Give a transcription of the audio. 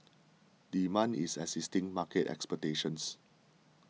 demand is exceeding market expectations